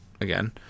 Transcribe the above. again